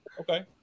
Okay